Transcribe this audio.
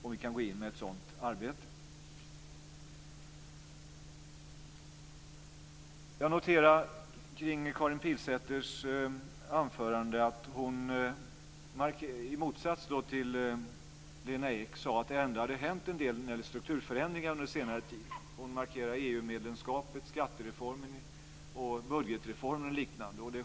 Jag noterar med anledning av Karin Pilsäters anförande att hon i motsats till Lena Ek sade att det hade hänt en del när det gäller strukturförändringar under senare tid. Hon markerade EU-medlemskapet, skattereformen, budgetreformen och liknande.